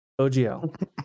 OGL